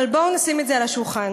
אבל בואו נשים את זה על השולחן: